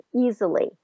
easily